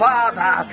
Father